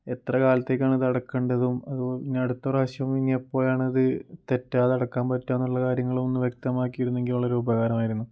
എത്ര കാലത്തേക്കാണിത് അടക്കേണ്ടതും അതു ഇനിയടുത്ത പ്രാവശ്യവും ഇനിയെപ്പോഴാണത് തെറ്റാതെ അടക്കാൻ പറ്റുകയെന്നുള്ള കാര്യങ്ങളൊന്ന് വ്യക്തമാക്കിയിരുന്നെങ്കിൽ വളരെ ഉപകാരമായിരുന്നു